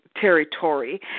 territory